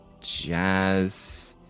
Jazz